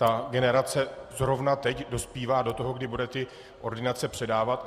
Ta generace zrovna teď dospívá do toho, kdy bude ty ordinace předávat.